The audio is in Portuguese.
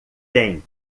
tem